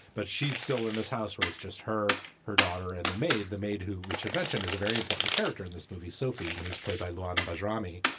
but she's still in this house where it's just her, her daughter and the maid. the maid, who we should mention is a very important character in this movie, sophie, who's played a lot of azami.